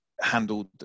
handled